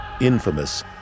Infamous